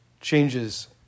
changes